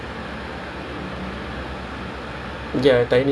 like tiny people like just random people